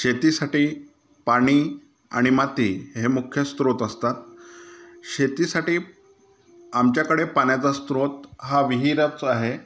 शेतीसाठी पाणी आणि माती हे मुख्य स्रोत असतात शेतीसाठी आमच्याकडे पाण्याचा स्रोत हा विहीरच आहे